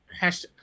Hashtag